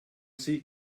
sie